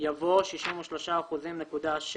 יבוא "63.6%".